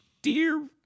Dear